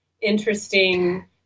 interesting